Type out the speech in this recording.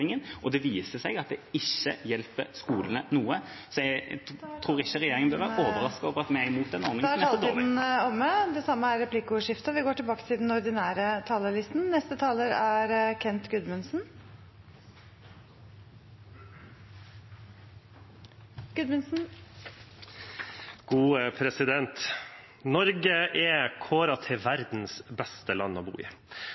Det viser seg at det hjelper ikke skolene noe. Jeg tror ikke regjeringa bør være overrasket over at vi er imot den ordningen. Da er taletiden omme. Det samme er replikkordskiftet. Norge er kåret til verdens beste land å bo i og er